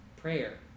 prayer